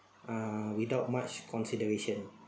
uh without much consideration